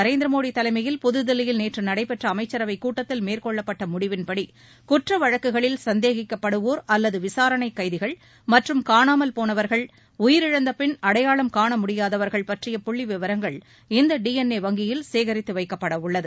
நரேந்திர மோடி தலைமையில் புதுதில்லியில் நேற்று நடைபெற்ற அமைச்சரவைக் கூட்டத்தில் மேற்கொள்ளப்பட்ட முடிவின்படி குற்ற வழக்குகளில் சந்தேகிக்கப்படுவோர் அல்லது விசாரணைக் கைதிகள் மற்றும் காணாமல் போனவர்கள் உயிரிழந்தபின் அடையாளம் காணழுடியாதவர்கள் பற்றிய புள்ளி விவரங்கள் இந்த டி என் ஏ வங்கியில் சேகரித்து வைக்கப்படவுள்ளது